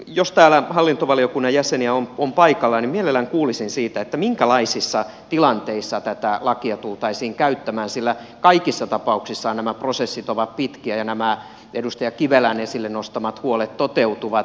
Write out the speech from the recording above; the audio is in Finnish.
jos täällä hallintovaliokunnan jäseniä on paikalla niin mielelläni kuulisin siitä minkälaisissa tilanteissa tätä lakia tultaisiin käyttämään sillä kaikissa tapauksissahan nämä prosessit ovat pitkiä ja nämä edustaja kivelän esille nostamat huolet toteutuvat